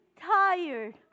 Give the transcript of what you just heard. tired